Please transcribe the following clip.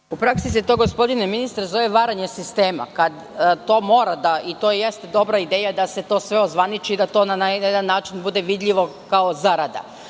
U praksi se to, gospodine ministre zove – varanje sistema. To mora, i to jeste dobra ideja da se to sve ozvaniči, i da to na jedan način bude vidljivo kao zarada. Ali,